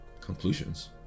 conclusions